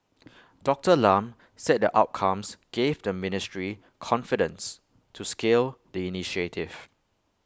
Doctor Lam said the outcomes gave the ministry confidence to scale the initiative